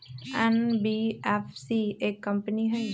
NBFC एक company हई?